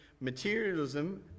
materialism